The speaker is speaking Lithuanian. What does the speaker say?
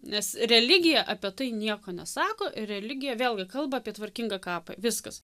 nes religija apie tai nieko nesako ir religija vėlgi kalba apie tvarkingą kapą viskas